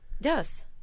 Yes